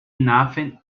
nothing